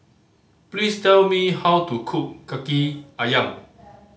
please tell me how to cook Kaki Ayam